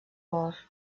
bor